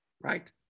right